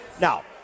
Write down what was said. Now